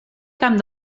camp